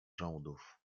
rządów